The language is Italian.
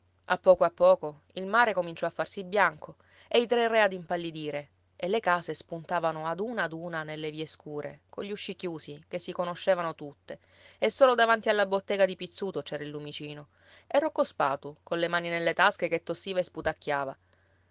a poco a poco il mare cominciò a farsi bianco e i tre re ad impallidire e le case spuntavano ad una ad una nelle vie scure cogli usci chiusi che si conoscevano tutte e solo davanti alla bottega di pizzuto c'era il lumicino e rocco spatu colle mani nelle tasche che tossiva e sputacchiava